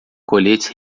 coletes